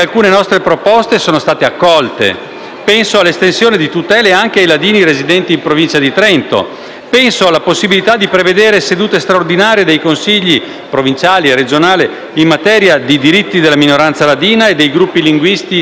Penso all'estensione di tutele anche ai ladini residenti in Provincia di Trento; penso alla possibilità di prevedere sedute straordinarie dei Consigli provinciali e regionale in materia di diritti della minoranza ladina e dei gruppi linguistici dei mocheni e dei cimbri.